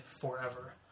forever